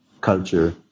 culture